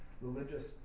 religious